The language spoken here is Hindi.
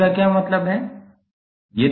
इसका क्या मतलब है